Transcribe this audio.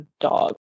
dog